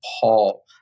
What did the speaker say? Paul